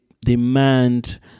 demand